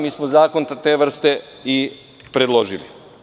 Mi smo zakon te vrste i predložili.